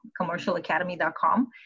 commercialacademy.com